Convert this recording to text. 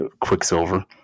Quicksilver